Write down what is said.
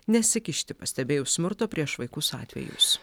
nesikišti pastebėjus smurto prieš vaikus atvejus